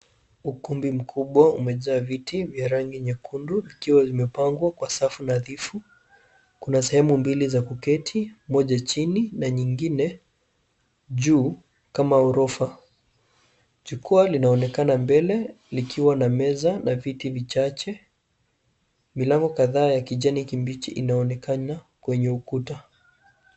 Ukumbi mkubwa umejaa viti vya rangi nyekundu vikiwa vimepangwa kwa safu nadhifu. Kuna sehemu mbili za kuketi, moja chini na nyingine juu kama ghorofa. Jukuwaa linaonekana mbele likiwa na meza na viti vichache, milango kadhaa ya kijani kibichi inaonekana kwenye ukuta.